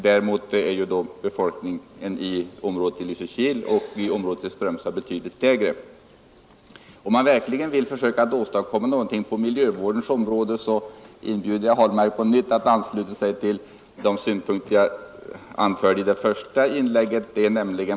Däremot är befolkningen i området vid Lysekil och Nr 122 Strömstad betydligt lägre. Om man verkligen vill försöka åstadkomma Fredagen den något på miljövårdsområdet inbjuder jag på nytt herr Ahlmark att ansluta 5 november 1971 sig till de synpunkter jag anförde i det första inlägget.